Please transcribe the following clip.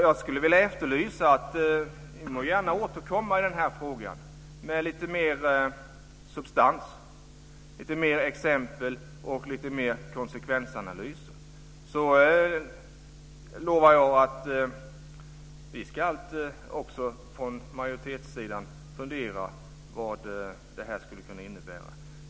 Jag efterlyser att ni återkommer i denna fråga med lite mer substans, lite fler exempel och lite fler konsekvensanalyser, så lovar jag att vi från majoritetssidan också ska fundera på vad detta skulle kunna innebära.